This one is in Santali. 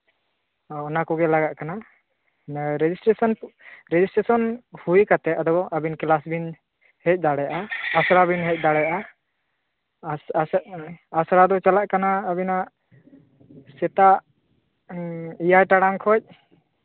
ᱦᱳ ᱚᱱᱟ ᱠᱚᱜᱮ ᱞᱟᱜᱟᱜ ᱠᱟᱱᱟ ᱚᱱᱟ ᱨᱮᱡᱤᱥᱴᱨᱮᱥᱚᱱ ᱠᱚ ᱨᱮᱡᱤᱥᱴᱨᱮᱥᱚᱱ ᱦᱩᱭ ᱠᱟᱛᱮᱫ ᱟᱫᱚ ᱟᱹᱵᱤᱱ ᱠᱞᱟᱥ ᱵᱤᱱ ᱦᱮᱡ ᱫᱟᱲᱮᱭᱟᱜᱼᱟ ᱟᱥᱲᱟ ᱵᱤᱱ ᱦᱮᱡ ᱫᱟᱲᱮᱭᱟᱜᱼᱟ ᱟᱥᱲᱟ ᱟᱥᱲᱟ ᱫᱚ ᱪᱟᱞᱟᱜ ᱠᱟᱱᱟ ᱟᱹᱵᱤᱱᱟᱜ ᱥᱮᱛᱟᱜ ᱮᱭᱟᱭ ᱴᱟᱲᱟᱝ ᱠᱷᱚᱱ